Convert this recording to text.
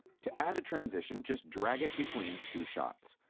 to add a transition, just drag it between two shots.